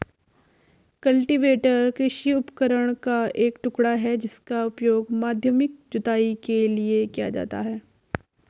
cultivator कृषि उपकरण का एक टुकड़ा है जिसका उपयोग माध्यमिक जुताई के लिए किया जाता है